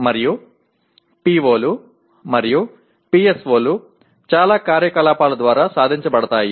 మరియు PO లు మరియు PSO లు చాలా కార్యకలాపాల ద్వారా సాధించబడతాయి